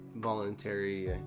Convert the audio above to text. voluntary